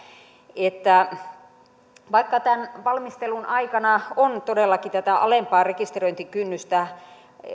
että vaikka tämän valmistelun aikana on todellakin pohdittu tätä alempaa rekisteröintikynnystä